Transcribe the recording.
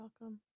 welcome